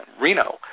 Reno